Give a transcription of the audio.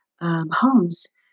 Homes